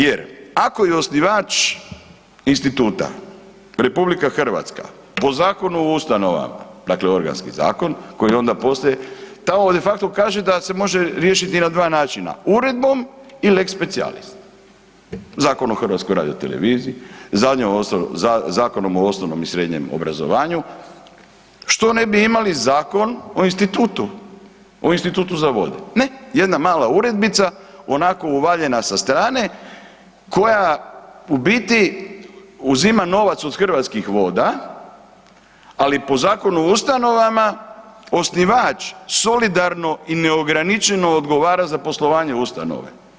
Jer ako je osnivač instituta RH po Zakonu o ustanovama dakle organski zakon koji onda poslije, tamo de facto kaže da se može riješiti na dva načina uredbom i lex specialis, Zakon o HRT-u, Zakonom o osnovnom i srednjem obrazovanju, što ne bi imali zakon o institutu, o Institutu za vode, ne, jedna mala uredbica onako uvaljena sa strane koja u biti uzima novac od Hrvatskih voda, ali po Zakonu o ustanovama osnivač solidarno i neograničeno odgovara za poslovanje ustanove.